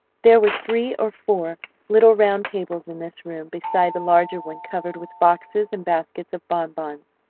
there were three or four little round tables in this room beside the larger one covered with boxes and baskets of bonbons.